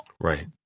Right